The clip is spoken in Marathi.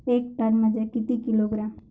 एक टन म्हनजे किती किलोग्रॅम?